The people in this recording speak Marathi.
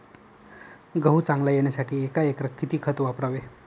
गहू चांगला येण्यासाठी एका एकरात किती खत वापरावे?